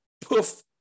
poof